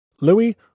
Louis